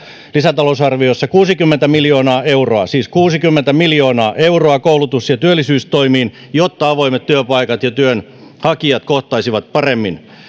lisätalousarviossa kuusikymmentä miljoonaa euroa siis kuusikymmentä miljoonaa euroa koulutus ja työllisyystoimiin jotta avoimet työpaikat ja työnhakijat kohtaisivat paremmin